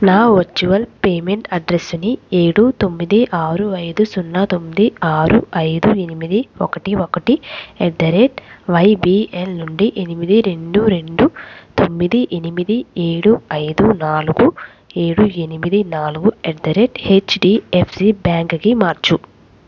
నా virtual payment అడ్రెస్సుని ఏడు తొమ్మిది ఆరు ఐదు సున్నా తొమ్మిది ఆరు ఐదు ఎనిమిది ఒకటి ఒకటి ఎట్ ద రేట్ వైబిఎల్ నుండి ఎనిమిది రెండు రెండు తొమ్మిది ఎనిమిది ఏడు ఐదు నాలుగు ఏడు ఎనిమిది నాలుగు ఎట్ ద రేట్ హెచ్డిఎఫ్సి బ్యాంక్కి మార్చు